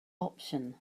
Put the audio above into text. option